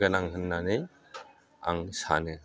गोनां होननानै आं सानो